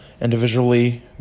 Individually